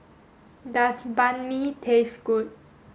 does Banh Mi taste good